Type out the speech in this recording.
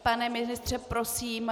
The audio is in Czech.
Pane ministře, prosím